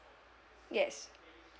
yes